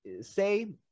say